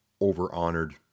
over-honored